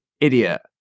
idiot